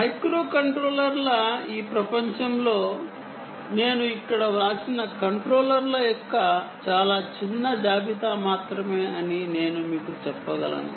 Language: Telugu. ఈ మైక్రోకంట్రోలర్ల ప్రపంచంలో నేను ఇక్కడ వ్రాసిన కంట్రోలర్ల యొక్క చాలా చిన్న జాబితా మాత్రమే అని నేను మీకు చెప్పగలను